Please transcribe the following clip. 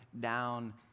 down